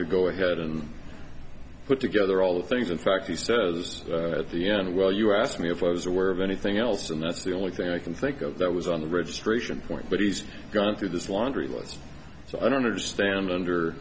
to go ahead and put together all the things in fact he says at the end well you asked me if i was aware of anything else and that's the only thing i can think of that was on the ribs ration point but he's gone through this laundry list to understand under